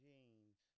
Jeans